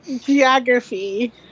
Geography